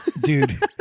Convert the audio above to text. Dude